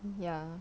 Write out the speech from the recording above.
ya